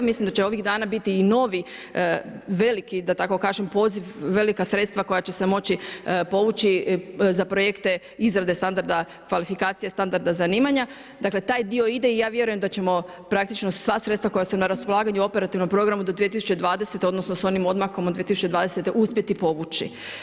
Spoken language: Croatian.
Mislim da će ovih dana biti i novi veliki da tako kažem poziv, velika sredstva koja će se moći povući za projekte izrade standarda kvalifikacije, standarda zanimanja dakle taj dio ide i ja vjerujem da ćemo praktično sva sredstva koja su na raspolaganju operativnom programu do 2020. odnosno s onim odmakom od 2020. uspjeti povući.